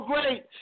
great